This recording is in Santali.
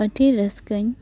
ᱟᱹᱰᱤ ᱨᱟᱹᱥᱠᱟᱹᱧ